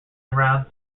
around